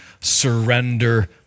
surrender